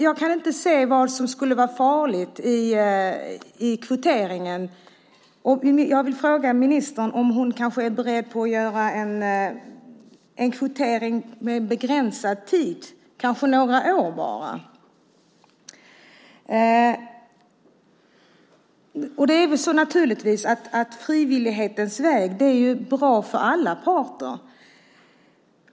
Jag kan inte se vad som skulle vara farligt i kvoteringen. Jag vill fråga ministern om hon är beredd att införa en kvotering som gäller under begränsad tid, kanske bara några år. Frivillighetens väg är bra för alla parter.